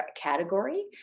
category